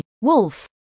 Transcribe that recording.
wolf